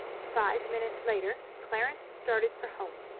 five minutes later clarence started for home,